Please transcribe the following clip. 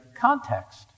context